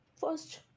First